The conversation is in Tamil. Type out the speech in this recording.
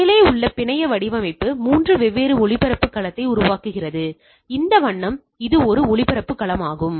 மேலே உள்ள பிணைய வடிவமைப்பு மூன்று வெவ்வேறு ஒளிபரப்பு களத்தை உருவாக்குகிறது இந்த வண்ணம் இது ஒரு ஒளிபரப்பு களமாகும்